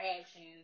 actions